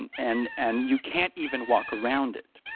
and and and you can't even walk around it.